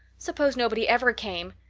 suppose nobody ever came!